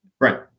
Right